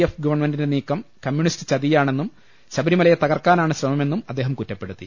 F ഗവൺമെന്റിന്റെ നീക്കം communist ചതിയാണെന്നും ശബരിമലയെ തകർക്കാനാണ് ശ്രമമെന്നും അദ്ദേഹം കുറ്റപ്പെടുത്തി